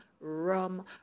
rum